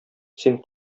син